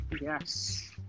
yes